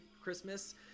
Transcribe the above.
Christmas